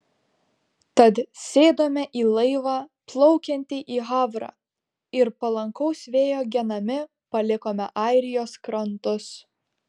tad sėdome į laivą plaukiantį į havrą ir palankaus vėjo genami palikome airijos krantus